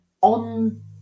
on